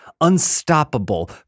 unstoppable